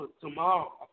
tomorrow